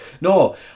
No